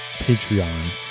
Patreon